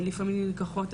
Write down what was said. לפעמים נלקחות,